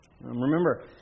Remember